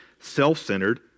Self-centered